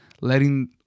letting